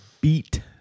beat